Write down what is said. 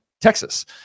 Texas